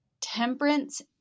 Temperance